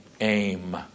aim